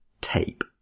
tape